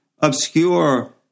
Obscure